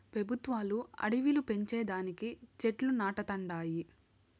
పెబుత్వాలు అడివిలు పెంచే దానికి చెట్లు నాటతండాయి